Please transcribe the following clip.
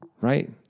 Right